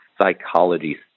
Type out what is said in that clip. psychology